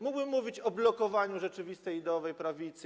Mógłbym mówić o blokowaniu rzeczywistej ideowej prawicy.